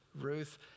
Ruth